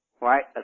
right